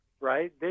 right